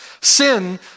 Sin